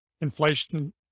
inflation